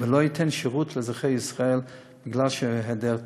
ולא אתן שירות לאזרחי ישראל בגלל היעדר תקציב.